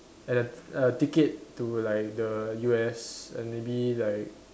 and a a ticket to like the U_S and maybe like